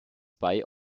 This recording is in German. bei